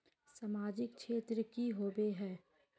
सामाजिक क्षेत्र की होबे है?